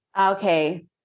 Okay